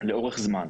לאורך זמן,